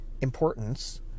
importance